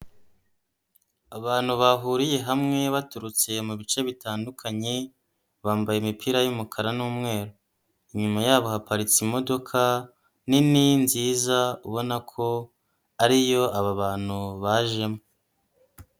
Abantu bahuriye hamwe baturutse mu bice bitandukanye, bambaye imipira y'umukara n'umweru, inyuma yabo haparitse imodoka nini nziza ubona ko ari yo aba bantu bajemo.